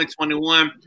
2021